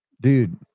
Dude